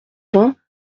vingts